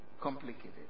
complicated